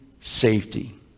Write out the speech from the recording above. safety